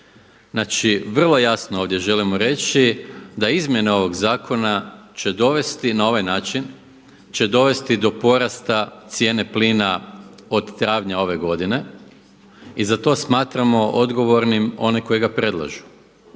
Znači vrlo jasno ovdje želimo reći da izmjene ovog zakona će dovesti na ovaj način, će dovesti do porasta cijene plin od travnja ove godine i za to smatramo odgovornim one koji ga predlažu,